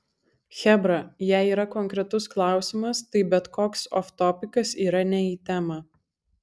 chebra jei yra konkretus klausimas tai bet koks oftopikas yra ne į temą